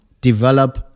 Develop